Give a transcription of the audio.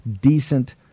decent